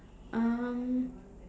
um